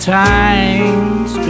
times